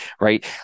right